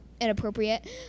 inappropriate